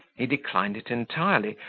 he declined it entirely,